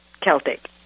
Celtic